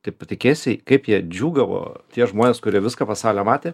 tai patikėsi kaip jie džiūgavo tie žmonės kurie viską pasaulio matė